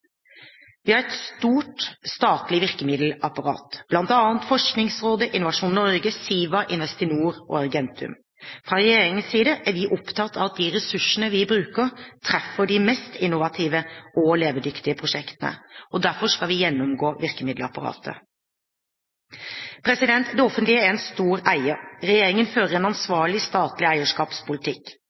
Vi har et stort statlig virkemiddelapparat – bl.a. Forskningsrådet, Innovasjon Norge, SIVA, Investinor og Argentum. Fra regjeringens side er vi opptatt av at de ressursene vi bruker, treffer de mest innovative og levedyktige prosjektene. Derfor skal vi gjennomgå virkemiddelapparatet. Det offentlige er en stor eier. Regjeringen fører en ansvarlig statlig eierskapspolitikk.